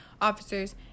officers